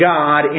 God